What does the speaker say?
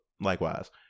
likewise